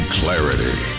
clarity